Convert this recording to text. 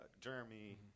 Jeremy